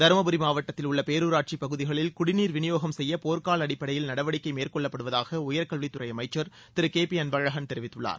தருமபுரி மாவட்டத்தில் உள்ள பேரூராட்சிப் பகுதிகளில் குடிநீர் விநியோகம் செய்ய போர்க்கூல அடிப்படையில் நடவடிக்கை மேற்கொள்ளப்படுவதாக உயர்கல்வித்துறை அமைச்சர் திரு கே பி அன்பழகன் தெரிவித்துள்ளார்